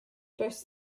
does